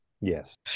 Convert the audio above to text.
Yes